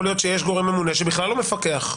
יכול להיות שיש גורם ממונה שבכלל לא מפקח,